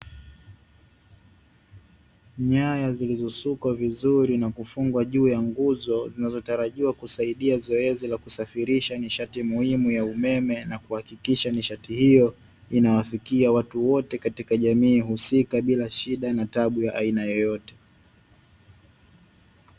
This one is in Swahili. Nyaya zilizosukwa vizuri na kufungwa juu ya nguzo zinazotarajiwa kusaidia zoezi la kusafirisha nishati muhimu ya umeme na kuhakikisha nishati hio inawafikiwa watu wote katika jamii husika bila shida na tabu ya aina yoyote.